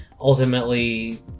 ultimately